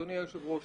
אדוני היושב ראש,